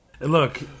Look